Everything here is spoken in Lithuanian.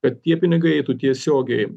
kad tie pinigai eitų tiesiogiai